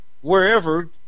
wherever